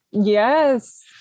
yes